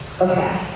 Okay